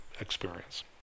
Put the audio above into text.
experience